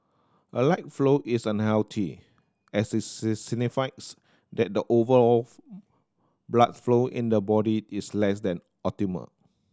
a light flow is unhealthy as it signifies that the overall blood flow in the body is less than optimal